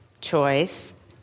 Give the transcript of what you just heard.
Choice